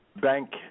Bank